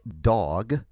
dog